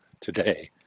today